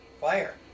fire